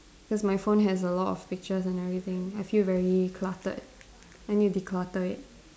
cause my phone has a lot of pictures and everything I feel very cluttered I need to declutter it